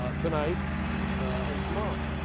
ah tonight and tomorrow.